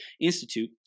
Institute